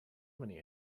many